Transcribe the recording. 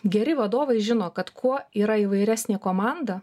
geri vadovai žino kad kuo yra įvairesnė komanda